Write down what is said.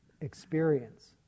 experience